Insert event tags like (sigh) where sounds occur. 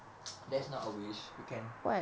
(noise) that's not a wish you can